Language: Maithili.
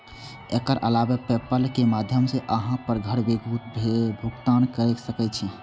एकर अलावे पेपल के माध्यम सं अहां घर बैसल भुगतान कैर सकै छी